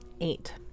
Eight